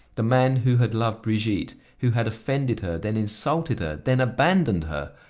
the man who had loved brigitte, who had offended her, then insulted her, then abandoned her,